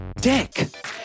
dick